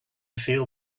feel